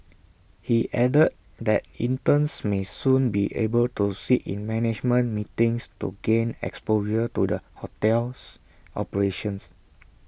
he added that interns may soon be able to sit in management meetings to gain to the hotel's operations